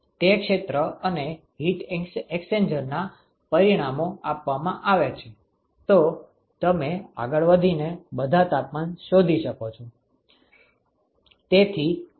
જો ક્ષેત્ર અને હીટ એક્સ્ચેન્જરના પરિમાણો આપવામાં આવે છે તો તમે આગળ વધીને બધા તાપમાન શોધી શકો છો